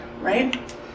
right